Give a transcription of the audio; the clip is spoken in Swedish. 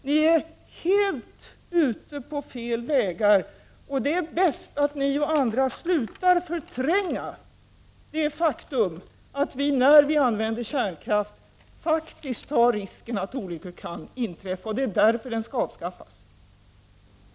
Ni är inne på helt fel vägar. Det är bäst att ni och andra slutar att förtränga det faktum att vi när vi använder kärnkraft faktiskt tar risken att olyckor kan inträffa. Det är därför kärnkraften skall avvecklas.